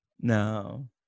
No